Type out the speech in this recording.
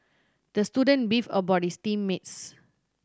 the student beefed about his team mates